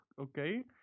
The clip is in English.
okay